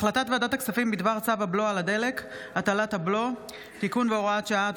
החלטת ועדת הכספים בדבר צו הבלו על דלק (הטלת הבלו) (תיקון והוראת שעה),